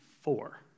four